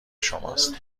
شماست